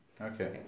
Okay